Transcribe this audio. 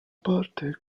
parte